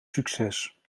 succes